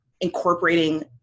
incorporating